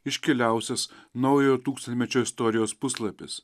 iškiliausias naujo tūkstantmečio istorijos puslapis